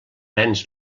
nens